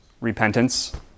repentance